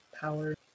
power